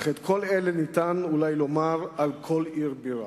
אך את כל אלה אפשר אולי לומר על כל עיר בירה.